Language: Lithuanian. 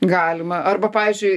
galima arba pavyzdžiui